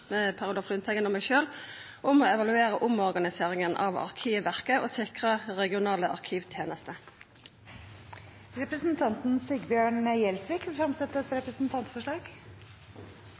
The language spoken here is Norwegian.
Per Olaf Lundteigen og meg sjølv om å evaluera omorganiseringa av Arkivverket og sikra regionale arkivtenester. Representanten Sigbjørn Gjelsvik vil fremsette et representantforslag.